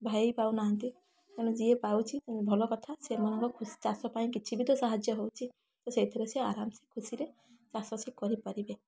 ଭାଇ ପାଉନାହାଁନ୍ତି ତେଣୁ ଯିଏ ପାଉଛି ଭଲକଥା ସେମାନଙ୍କ ଖୁସ ଚାଷ ପାଇଁ କିଛିବି ତ ସାହାଯ୍ୟ ହଉଛି ତ ସେଇଥିରେ ସିଏ ଆରାମ ସେ ଖୁସିରେ ଚାଷ ସିଏ କରିପାରିବେ